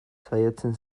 saiatzen